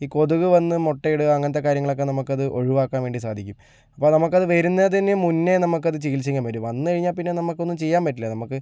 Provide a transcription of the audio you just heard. ഈ കൊതുക് വന്ന് മുട്ടയിടുക അങ്ങനത്തെ കാര്യങ്ങളൊക്കെ നമ്മൾക്കത് ഒഴിവാക്കാൻ വേണ്ടി സാധിക്കും അപ്പോൾ നമ്മൾക്കത് വരുന്നതിന് മുന്നേ നമ്മൾക്കത് ചികിത്സിക്കാൻ പറ്റും വന്ന് കഴിഞ്ഞാൽപ്പിന്നെ നമ്മൾക്കൊന്നും ചെയ്യാൻ പറ്റില്ല നമ്മൾക്ക്